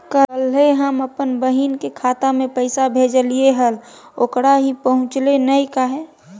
कल्हे हम अपन बहिन के खाता में पैसा भेजलिए हल, ओकरा ही पहुँचलई नई काहे?